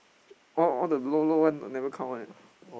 all all the low low one never count one ah